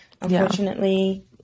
unfortunately